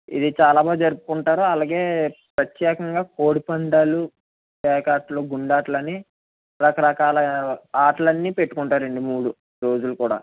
ఇది చాలామంది జరుపుకుంటారు అలాగే ప్రత్యేకంగా కోడి పందాలు పేకాటలు గుండాటలు అని రకరకాల ఆటలన్నీ పెట్టుకుంటారండి మూడు రోజులు కూడా